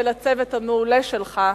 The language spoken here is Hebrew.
ולצוות המעולה שלך,